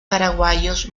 paraguayos